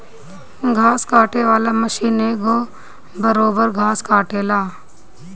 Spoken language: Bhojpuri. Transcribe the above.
घास काटे वाला मशीन एक बरोब्बर घास काटेला